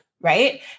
right